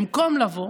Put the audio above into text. במקום לבוא